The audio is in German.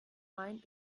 main